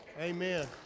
Amen